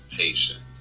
patient